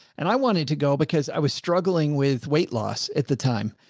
and i wanted to go because i was struggling with weight loss at the time.